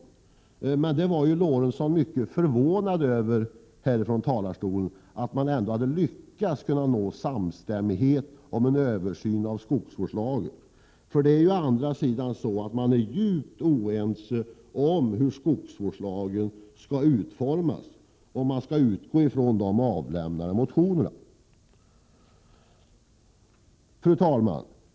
Lorentzon var här i talarstolen mycket förvånad över att de borgerliga hade lyckats nå samstämmighet i frågan om en översyn av skogsvårdslagen. De är nämligen djupt oense om hur skogsvårdslagen skall utformas, av de avlämnade motionerna att döma. Fru talman!